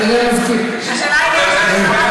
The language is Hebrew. חברת